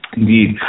indeed